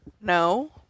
No